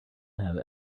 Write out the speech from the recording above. have